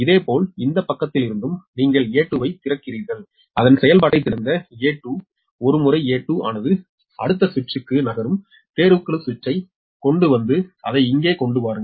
இதேபோல் இந்த பக்கத்திலிருந்தும் நீங்கள் A2 ஐ திறக்கிறீர்கள் அதன் செயல்பாட்டை திறந்த A2 ஒருமுறை A2 ஆனது அடுத்த சுவிட்சுக்கு நகரும் தேர்வுக்குழு சுவிட்சைக் கொண்டு வந்து அதை இங்கே கொண்டு வாருங்கள்